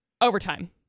overtime